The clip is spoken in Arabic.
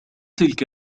تلك